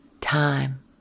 time